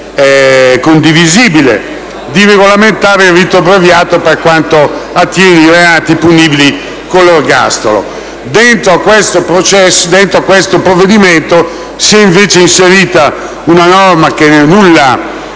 condivisibile, di regolamentare il rito abbreviato per quanto riguarda i reati punibili con l'ergastolo. All'interno di questo provvedimento si è invece inserita una norma che nulla